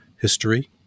history